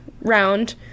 round